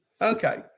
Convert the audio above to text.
Okay